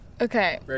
Okay